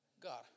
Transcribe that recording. God